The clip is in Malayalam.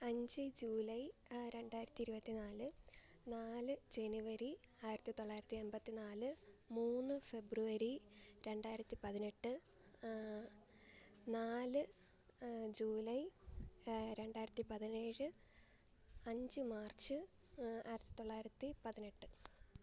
അഞ്ച് ജൂലൈ രണ്ടായിരത്തി ഇരുപത്തിനാല് നാല് ജനുവരി ആയിരത്തി തൊള്ളായിരത്തി എൺപത്തി നാല് മൂന്ന് ഫെബ്രുവരി രണ്ടായിരത്തി പതിനെട്ട് നാല് ജൂലൈ രണ്ടായിരത്തി പതിനേഴ് അഞ്ച് മാർച്ച് ആയിരത്തി തൊള്ളായിരത്തി പതിനെട്ട്